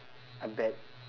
a bad